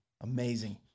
amazing